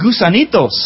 gusanitos